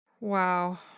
Wow